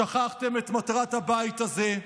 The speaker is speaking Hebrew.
שכחתם את מטרת הבית הזה,